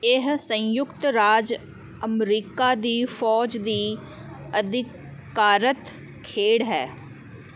ਇਹ ਸੰਯੁਕਤ ਰਾਜ ਅਮਰੀਕਾ ਦੀ ਫੌਜ ਦੀ ਅਧਿਕਾਰਤ ਖੇਡ ਹੈ